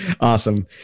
Awesome